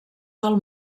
del